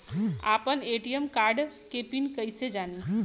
आपन ATM card के PIN कईसे जानी?